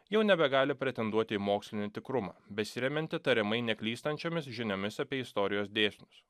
jau nebegali pretenduoti į mokslinį tikrumą besiremiantį tariamai neklystančiomis žiniomis apie istorijos dėsnius